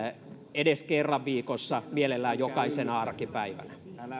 edes kerran viikossa mielellään jokaisena arkipäivänä